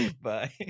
Bye